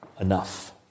enough